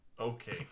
Okay